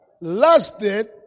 Lusted